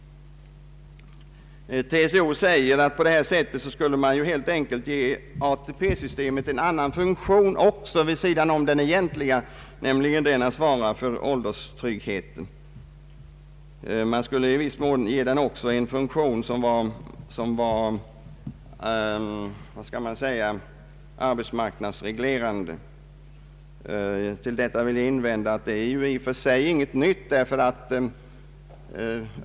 TCO säger att om förslaget antas skulle man därigenom helt enkelt ge ATP-systemet en helt annan funktion vid sidan om dess egentliga som är att svara för ålderstryggheten. ATP skulle då i viss mån få en funktion som vore arbetsmarknadsreglerande. Mot detta vill jag invända att det i och för sig inte är någonting nytt.